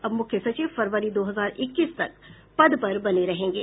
अब मुख्य सचिव फरवरी दो हजार इक्कीस तक पद पर बने रहेंगे